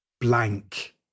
blank